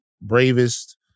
bravest